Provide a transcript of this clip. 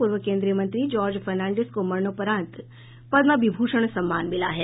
पूर्व केन्द्रीय मंत्री जॉर्ज फर्नान्डीस को मरणोपरांत पद्म विभूषण सम्मान मिला है